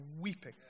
weeping